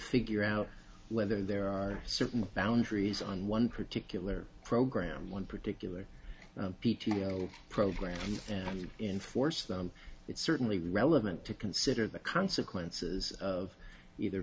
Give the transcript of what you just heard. figure out whether there are certain boundaries on one particular program one particular p t o program and enforce them it certainly relevant to consider the consequences of either